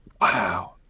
Wow